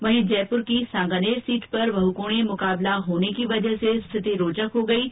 वहीं जयपुर की सांगानेर सीट पर बहुकोणीय मुकाबला होने की वजह से स्थिति रोचक हो गई है